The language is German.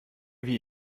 wie